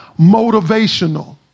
Motivational